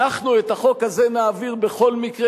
אנחנו את החוק הזה נעביר בכל מקרה,